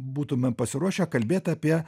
būtume pasiruošę kalbėt apie